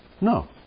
No